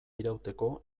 irauteko